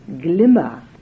glimmer